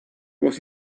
was